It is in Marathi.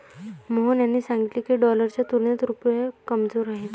मोहन यांनी सांगितले की, डॉलरच्या तुलनेत रुपया कमजोर आहे